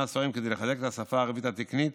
ספרים כדי לחזק את השפה הערבית התקנית